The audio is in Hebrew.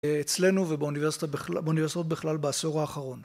אצלנו ובאוניברסיטאות בכלל בעשור האחרון.